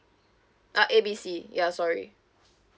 ah A B C ya sorry